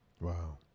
Wow